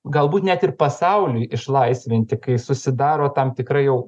galbūt net ir pasauliui išlaisvinti kai susidaro tam tikra jau